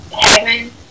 heaven